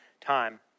time